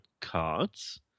cards